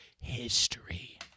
history